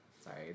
sorry